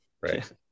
right